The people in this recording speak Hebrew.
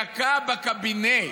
דקה בקבינט.